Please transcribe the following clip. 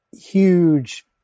huge